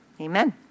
amen